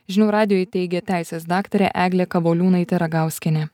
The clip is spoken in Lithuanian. žinių radijui teigė teisės daktarė eglė kavoliūnaitė ragauskienė